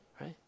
right